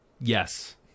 Yes